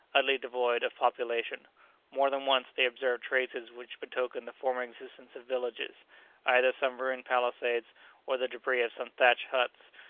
utterly devoid of population more than once, they observed traces which betokened the former existence of villages either some ruined palisades or the debris of some thatched huts,